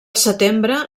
setembre